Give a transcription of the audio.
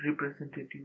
representative